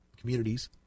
communities